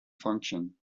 function